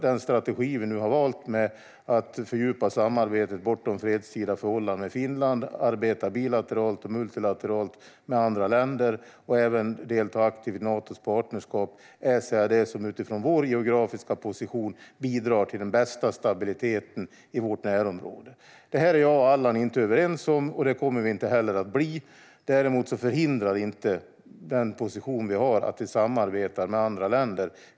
Den strategi vi nu har valt med att fördjupa samarbetet bortom fredstida förhållanden med Finland, att arbeta bilateralt och multilateralt med andra länder och även delta aktivt i Natos partnerskap är det som utifrån vår geografiska position bidrar till den bästa stabiliteten i vårt närområde. Det är jag och Allan inte överens om, och det kommer vi inte heller att bli. Däremot förhindrar inte den position vi har att vi samarbetar med andra länder.